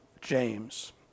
James